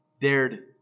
dared